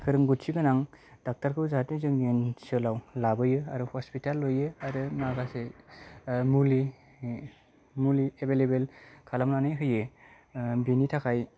रोंगौथि गोनां डाक्टर खौ जाहाथे जोंनि ओनसोलाव लाबोयो आरो हस्पिताल लुयो आरो माबासो मुलि एभेलएबोल खालामनानै होयो बेनि थाखाय